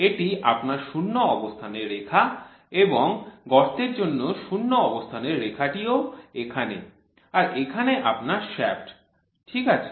এটি আপনার শূন্য অবস্থানে রেখা এবং গর্তের জন্য শূন্য অবস্থানে রেখাটিও এখানে আর এখানে আপনার শ্য়াফ্ট ঠিক আছে